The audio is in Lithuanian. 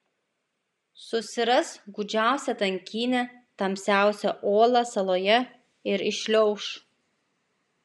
susiras gūdžiausią tankynę tamsiausią olą saloje ir įšliauš